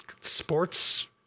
sports